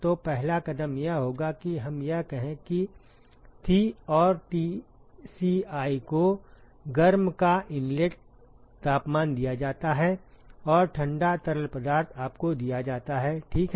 तो पहला कदम यह होगा कि हम यह कहें कि थि और टीसीआई को गर्म का इनलेट तापमान दिया जाता है और ठंडा तरल पदार्थ आपको दिया जाता है ठीक है